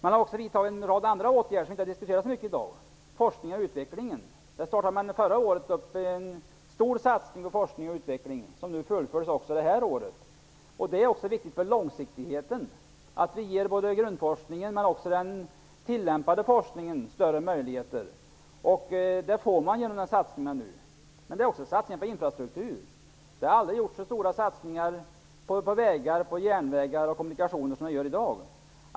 En rad andra åtgärder, som inte har diskuterats i dag, har också vidtagits när det gäller forskning och utveckling. Förra året gjordes en stor satsning på forskning och utveckling, vilken fullföljs även detta år. Det är viktig för långsiktigheten att vi ger både grundforskningen och den tillämpade forskningen större möjligheter. Det får man nu genom dessa satsningar. Vi har också infrastruktursatsningar. Det har aldrig gjorts så stora satsningar på vägar, järnvägar och kommunikationer som i dag.